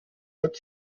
mit